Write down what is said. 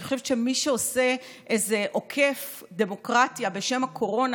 אני חושבת שמי שעושה איזה עוקף דמוקרטיה בשם הקורונה,